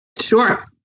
Sure